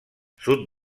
sud